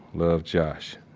love, josh